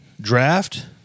draft